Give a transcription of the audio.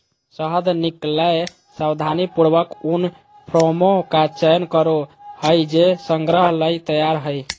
शहद निकलैय सावधानीपूर्वक उन फ्रेमों का चयन करो हइ जे संग्रह लगी तैयार हइ